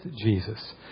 Jesus